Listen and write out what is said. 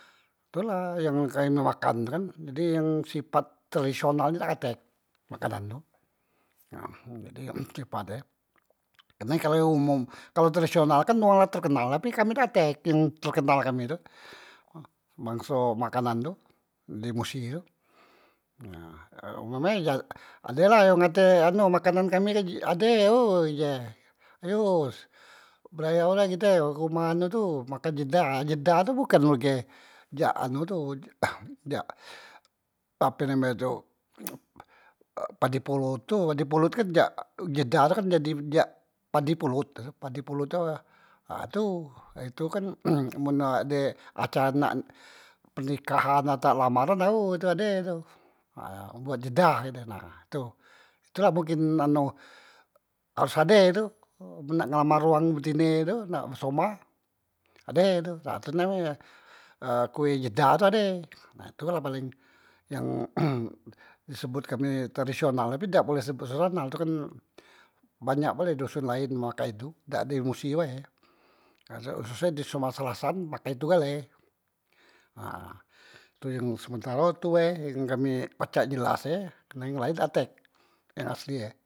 Tula yang kami makan tu kan, jadi yang sipat tradisional ni dak katek makanan tu nah jadi yang sipat e karne kalu e umum, kalu tradisional kan wong la terkenal, tapi kami dak tek yang terkenal kami tu bangso makanan tu di musi tu, nah umpame ade la yang ngate makanan kami tu, ade oy ji e ayos berayo day kite ke humah anu tu makan jeda, ha jeda tu bukan murge jak anu tu jak ape name tu pade polot tu, pade polot kan jak jeda tu kan jak padi polot tu, padi polot tu ape ha tu ha tu kan man ade acara nak pernikahan ata lamaran nah ao tu ade tu ha mbuat jeda he tu, nah tu la mungkin anu e harus ade tu men nak ngelamar wang betine tu nak besomah, ade tu nah tu name e kue jeda tu ade nah tu la paleng yang em di sebot kami tradisional tapi dak juga sebut tradisional tu kan kan banyak pule doson laen makek tu, dak di musi e, khusus e di sumasa selasan pake tu gale nah tu yang sementaro itu bae yang kami pacak jelas e karne yang laen dak tek yang asli e.